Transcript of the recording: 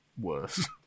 worse